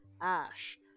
Ash